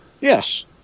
Yes